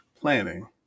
planning